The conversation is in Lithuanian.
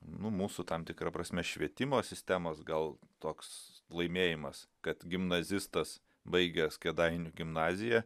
nu mūsų tam tikra prasme švietimo sistemos gal toks laimėjimas kad gimnazistas baigęs kėdainių gimnaziją